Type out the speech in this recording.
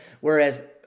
Whereas